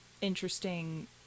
interesting